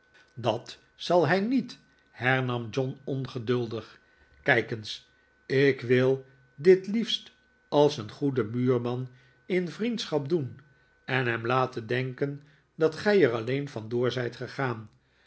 dat zal hij niet hernam john ongeduldig kijk eens ik wil dit liefst als een goede buurman in vriendschap doen en hem laten denken dat gij er alleen vandoor zijt gegaan